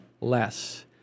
less